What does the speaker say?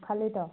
ଖାଲି ତ